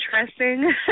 interesting